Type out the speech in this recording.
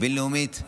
הבין-לאומית,